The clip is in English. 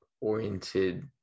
oriented